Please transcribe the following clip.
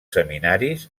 seminaris